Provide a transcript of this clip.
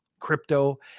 crypto